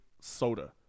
soda